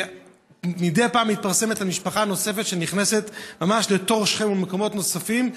מדי פעם מתפרסם על משפחה נוספת שנכנסת ממש לתוך שכם ומקומות נוספים,